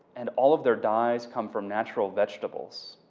and all of their dyes come from natural vegetables.